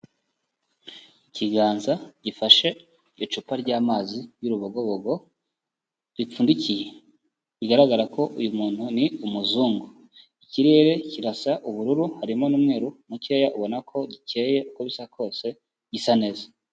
Ikiganza gifashe icupa ry'amazi y'urubogobogo ripfundikiye, bigaragara ko uyu muntu ni umuzungu, ikirere kirasa ubururu, harimo n'umweru mukeya ubona ko gikeye uko bisa kose gisa neza.